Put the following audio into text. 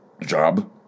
job